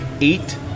eight